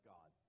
God